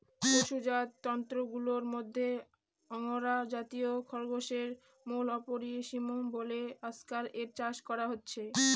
পশুজাত তন্তুগুলার মধ্যে আঙ্গোরা জাতীয় খরগোশের মূল্য অপরিসীম বলে আজকাল এর চাষ করা হচ্ছে